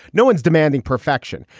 no one's demanding perfection.